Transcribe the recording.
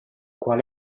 qual